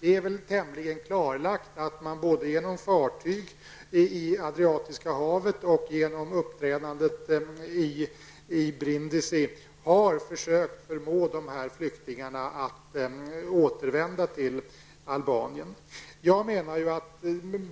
Det är väl tämligen klarlagt att man både genom fartygen i Adriatiska havet och genom uppträdandet i Brindisi har försökt förmå dessa flyktingar att återvända till Albanien.